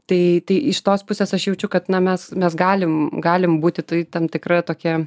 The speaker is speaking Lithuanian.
tai tai iš tos pusės aš jaučiu kad na mes mes galim galim būti tai tam tikra tokia